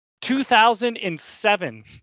2007